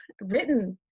written